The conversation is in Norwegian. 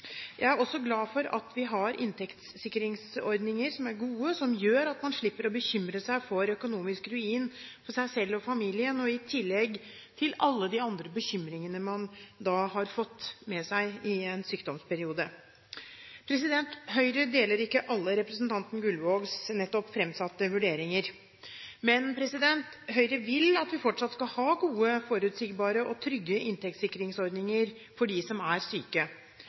Jeg er også glad for at vi har inntektssikringsordninger som er gode, som gjør at man slipper å bekymre seg for økonomisk ruin for seg selv og familien, i tillegg til alle de andre bekymringene man har fått med seg i en sykdomsperiode. Høyre deler ikke alle representanten Gullvågs nettopp fremsatte vurderinger, men Høyre vil at vi fortsatt skal ha gode, forutsigbare og trygge inntektssikringsordninger for dem som er syke.